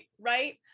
right